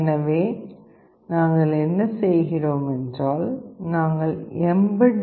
எனவே நாங்கள் என்ன செய்கிறோம் என்றால் நாங்கள் எம்பெட்